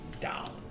down